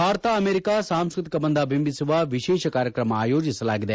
Bharat America ಸಾಂಸ್ಕತಿಕ ಬಂಧ ಬಿಂಬಿಸುವ ವಿಶೇಷ ಕಾರ್ಯಕ್ರಮ ಆಯೋಜಿಸಲಾಗಿದೆ